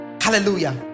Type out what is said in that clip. hallelujah